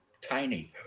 tiny